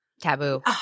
Taboo